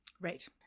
right